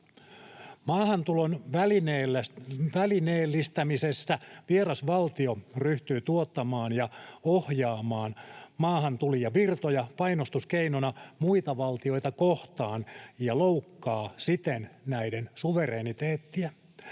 Maahantulon välineellistämisessä vieras valtio ryhtyy tuottamaan ja ohjaamaan maahantulijavirtoja painostuskeinona muita valtioita kohtaan ja loukkaa siten näiden suvereniteettia.